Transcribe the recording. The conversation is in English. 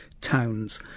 towns